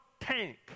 tank